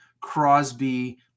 Crosby